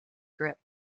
grip